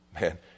man